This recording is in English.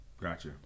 gotcha